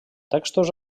textos